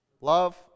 Love